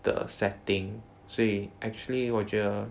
的 setting 所以 actually 我觉得